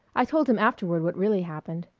i told him afterward what really happened.